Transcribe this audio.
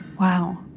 Wow